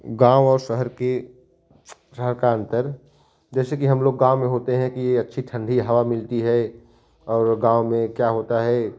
गाँव और शहर की शहर का अंतर जैसे कि हम लोग गाँव में होते हैं यह अच्छी ठंडी हवा मिलती है और गाँव में क्या होता है